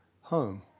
home